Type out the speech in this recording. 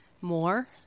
more